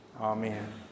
Amen